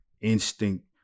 instinct